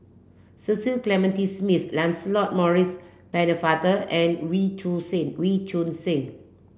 Cecil Clementi Smith Lancelot Maurice Pennefather and Wee Choon Seng Wee Choon Seng